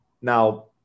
now